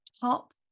top